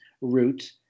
route